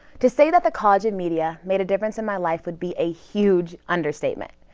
to say that the college of media made a difference in my life would be a huge understatement.